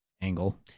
angle